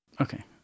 Okay